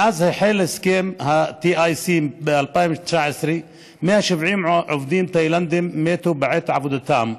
מאז החל הסכם ה-TIC ב-2012 170 עובדים תאילנדים מתו בעת עבודתם,